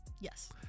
Yes